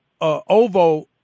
ovo